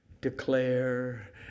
declare